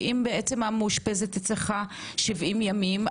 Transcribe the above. ואם המאושפזת אצלך 70 ימים?